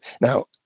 now